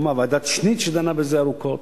הוקמה ועדת-שניט, והיא דנה בזה ארוכות.